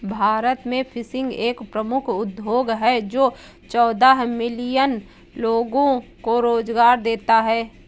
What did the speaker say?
भारत में फिशिंग एक प्रमुख उद्योग है जो चौदह मिलियन लोगों को रोजगार देता है